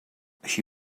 així